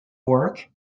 work